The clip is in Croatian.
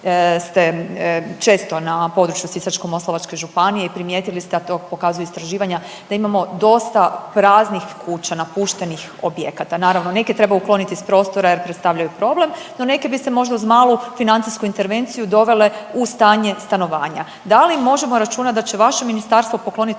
ste često na području Sisačko-moslavačke županije i primijetili ste i to pokazuju istraživanja da imamo dosta praznih kuća, napuštenih objekata. Naravno, neke treba ukloniti s prostora jer predstavljaju problem, no neke bi se možda uz malu financijsku intervenciju dovele u stanje stanovanja. Da li možemo računat da će vaše ministarstvo poklonit